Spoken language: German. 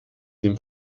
dem